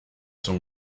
son